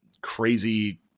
crazy